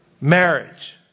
Marriage